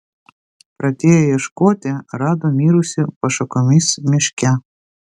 pradėję ieškoti rado mirusį po šakomis miške